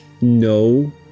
no